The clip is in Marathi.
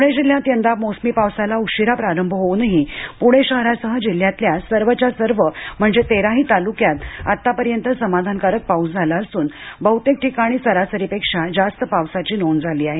पुणे जिल्ह्यात यंदा मोसमी पावसाला उशिरा प्रारंभ होऊनही पुणे शहरासह जिल्ह्यातल्या सर्वच्या सर्व म्हणजे तेराही तालुक्यात आत्तापर्यंत समाधानकारक पाऊस झाला असून बहुतेक ठिकाणी सरासरीपेक्षा जास्त पावसाची नोंद झाली आहे